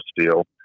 steel